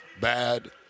bad